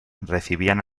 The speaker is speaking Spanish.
recibían